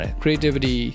creativity